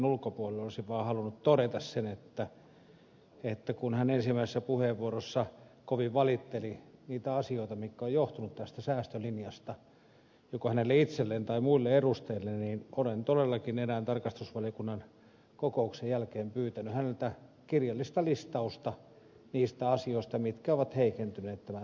olisin vaan halunnut todeta sen että kun hän ensimmäisessä puheenvuorossaan kovin valitteli niitä asioita mitkä ovat johtuneet tästä säästölinjasta joko hänelle itselleen tai muille edustajille että olen todellakin erään tarkastusvaliokunnan kokouksen jälkeen pyytänyt häneltä kirjallista listausta niistä asioista mitkä ovat heikentyneet tämän säästölinjan osalta